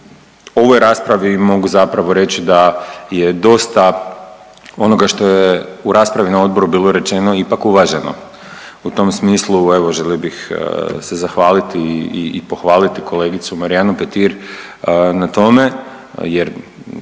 ovoj raspravi mogu zapravo reći da je dosta onoga što je u raspravi na odboru bilo rečeno ipak uvaženo. U tom smislu evo želio bih se zahvaliti i pohvaliti kolegicu Marijanu Petir na tome, jer